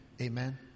Amen